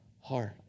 heart